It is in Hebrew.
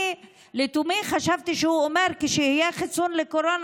אני לתומי חשבתי שהוא אומר שכשיהיה חיסון לקורונה,